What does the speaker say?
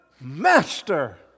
Master